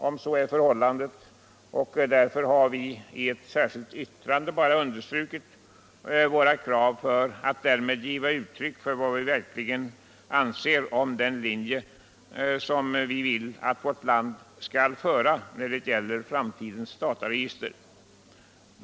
om så är förhållandet, och därför har vi i ett särskilt yttrande bara understrukit våra krav för att därmed ge uttryck för vad vi verkligen anser om den linje som vi vill att vårt land skall följa när det gäller framtidens dataregister.